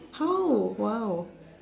how !wow!